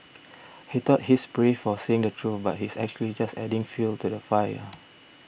he thought he's brave for saying the truth but he's actually just adding fuel to the fire